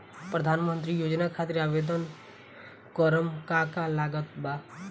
प्रधानमंत्री योजना खातिर आवेदन करम का का लागत बा?